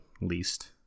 least